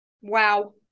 wow